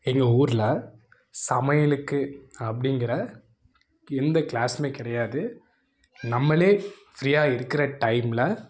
எங்கள் ஊர்ல சமையலுக்கு அப்படிங்கிற எந்த கிளாஸுமே கிடையாது நம்மளே ஃப்ரீயாக இருக்கிற டைம்ல